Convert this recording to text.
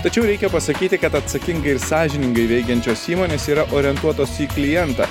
tačiau reikia pasakyti kad atsakingai ir sąžiningai veikiančios įmonės yra orientuotos į klientą